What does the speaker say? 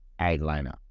eyeliner